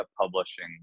publishing